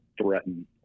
threaten